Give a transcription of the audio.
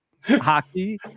hockey